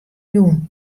jûn